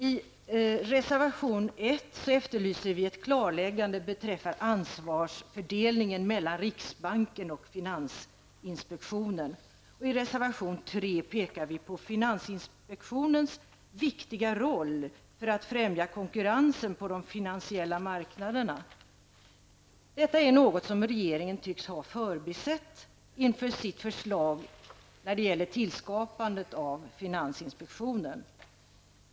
I reservation 1 efterlyser vi ett klarläggande beträffande ansvarsfördelningen mellan riksbanken och finansinspektionen. I reservation 3 pekar vi på finansinspektionens viktiga roll för att främja konkurrensen på de finansiella marknaderna. Detta är något som regeringen tycks ha förbisett inför sitt förslag om tillskapande av finansinspektionen.